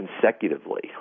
consecutively